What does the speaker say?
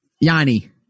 Yanni